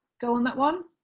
go on that one?